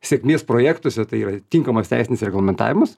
sėkmės projektuose tai yra tinkamas teisinis reglamentavimas